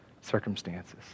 circumstances